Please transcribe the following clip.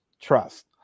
trust